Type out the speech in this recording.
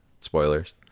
Spoilers